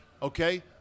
Okay